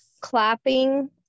clapping